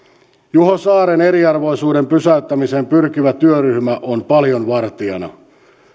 juho saaren eriarvoisuuden pysäyttämiseen pyrkivä työryhmä on paljon vartijana